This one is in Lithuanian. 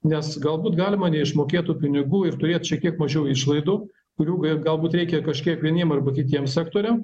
nes galbūt galima neišmokėt tų pinigų ir turėt šiek tiek mažiau išlaidų kurių ga galbūt reikia kažkiek vieniem arba kitiem sektoriam